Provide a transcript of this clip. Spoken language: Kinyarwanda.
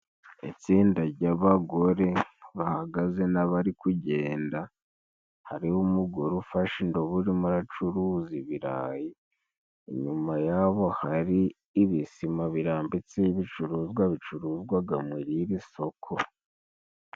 Itsinda jy'abagore bahagaze n'abari kugenda, hariho umu umugore ufashe indobo urimo uracuruza ibirayi, inyuma yabo hari ibisima birambitseho ibicuruzwa bicuruzwaga muri iri soko.